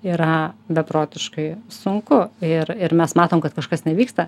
yra beprotiškai sunku ir ir mes matom kad kažkas nevyksta